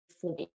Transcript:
four